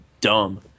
dumb